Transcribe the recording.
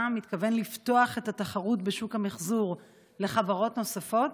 מתכוון לפתוח את התחרות בשוק המחזור לחברות נוספות?